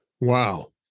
Wow